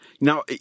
Now